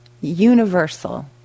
universal